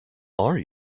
are